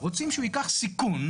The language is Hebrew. רוצים שהוא ייקח סיכון,